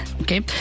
Okay